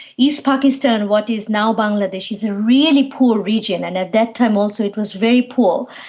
east pakistan, what is now bangladesh, is a really poor region, and at that time also it was very poor.